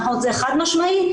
זה חד משמעי,